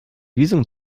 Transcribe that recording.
visum